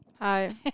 hi